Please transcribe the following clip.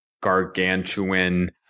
gargantuan